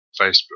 facebook